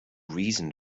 reason